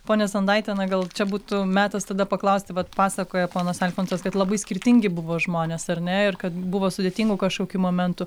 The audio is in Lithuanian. ponia sondaite na gal čia būtų metas tada paklausti vat pasakoja ponas alfonsas kad labai skirtingi buvo žmonės ar ne ir kad buvo sudėtingų kažkokių momentų